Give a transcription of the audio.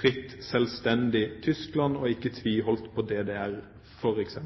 fritt og selvstendig Tyskland, vi tviholdt ikke på DDR f.eks.